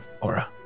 aura